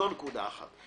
זו נקודה אחת.